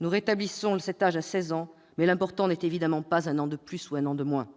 Nous rétablissons cet âge à seize ans, mais l'important n'est pas un an de plus ou un an de moins